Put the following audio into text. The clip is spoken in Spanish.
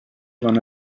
van